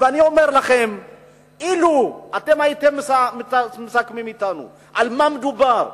אני אומר לכם שאילו הייתם מסכמים אתנו על מה מדובר,